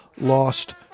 lost